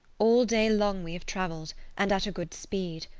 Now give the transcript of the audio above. all day long we have travelled, and at a good speed.